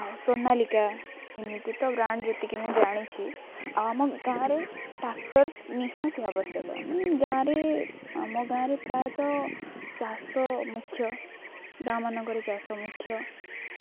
ଆଉ ସୋନାଲିକା ଏମିତି ତ ବ୍ରାଣ୍ଡ ଯେତିକି ମୁଁ ଜାଣିଛି ଆଉ ଆମ ଗାଁରେ ଟ୍ରାକ୍ଟର୍ ନିହାତି ଆବଶ୍ୟକ ଆ ଗାଁରେ ଆମ ଗାଁରେ ପ୍ରାୟତଃ ଚାଷ ମୁଖ୍ୟ ଗାଁ ମାନଙ୍କରେ ଚାଷ ମୁଖ୍ୟ